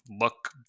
look